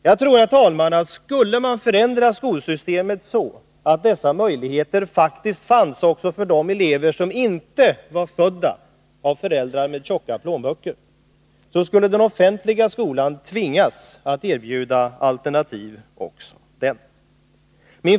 Jag tror, herr talman, att om man skulle förändra skolsystemet så att dessa möjligheter faktiskt fanns också för de elever som inte var födda av föräldrar med tjocka plånböcker, skulle även den offentliga skolan tvingas erbjuda alternativ.